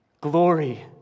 Glory